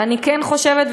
ואני כן חושבת,